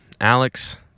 Alex